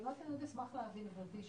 במלוא הכנות אשמח להבין גברתי,